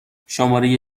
شماره